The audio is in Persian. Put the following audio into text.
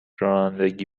رانندگی